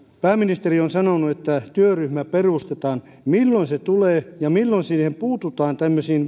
pääministeri on sanonut että työryhmä perustetaan milloin se tulee ja milloin puututaan tämmöisiin